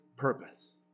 purpose